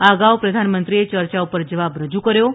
આ અગાઉ પ્રધાનમંત્રીએ ચર્ચા પર જવાબ રજુ કર્યો હતો